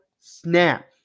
snap